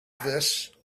this